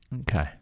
okay